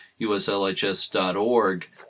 uslhs.org